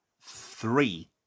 three